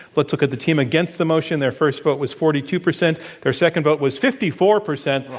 let's look at the team against the motion. their first vote was forty two percent. their second vote was fifty four percent.